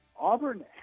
Auburn